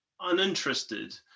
uninterested